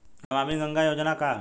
नमामि गंगा योजना का ह?